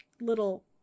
little